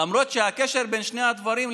למרות שהקשר בין שני הדברים,